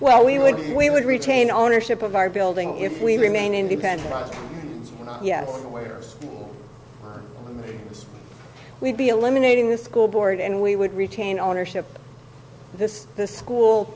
well we would we would retain ownership of our building if we remain independent and yet where we'd be eliminating the school board and we would retain ownership this the school